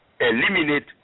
eliminate